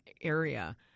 area